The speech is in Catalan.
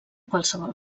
qualsevol